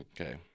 Okay